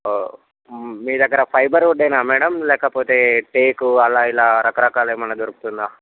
మీ దగ్గర ఫైబర్ వుడ్డేనా మేడం లేకపోతే టేకు అలా ఇలా రకరకాలేమైనా దొరుకుతుందా